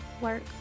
work